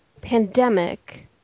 Pandemic